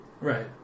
Right